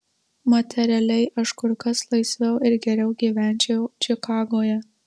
materialiai aš kur kas laisviau ir geriau gyvenčiau čikagoje